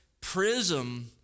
prism